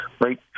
right